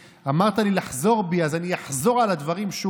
אמרת לי לחזור בי, אז אני אחזור שוב על הדברים.